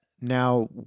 now